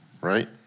Right